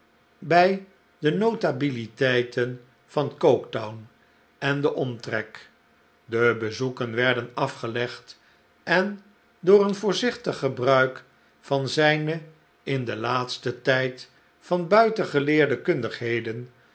bij de notabiliteiten van coketown en den omtrek de bezoeken werden afgelegd en door een voorzichtig gebruik van zijne in den laatsten tijd van buiten geleerde